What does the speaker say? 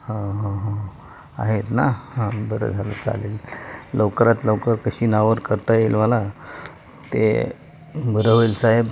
आहेत ना हां बरं झालं चालेल लवकरात लवकर कशी नावावर करता येईल मला ते बरं होईल साहेब